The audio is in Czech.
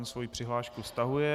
Ten svoji přihlášku stahuje.